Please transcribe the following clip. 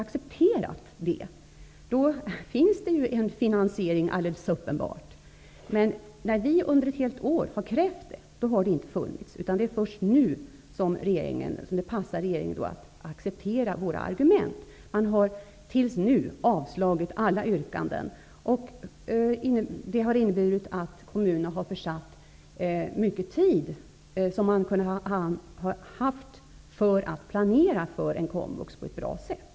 Därför finns det alldeles uppenbart en finansiering härav. Men när vi under ett helt år har krävt detta har det inte funnits någon sådan, utan det är först nu som det passar regeringen att acceptera våra argument. Man har hittills avslagit alla yrkanden, och det har inneburit att kommunerna har försatt mycken tid, som de kunde ha använt för att planera på ett bra sätt.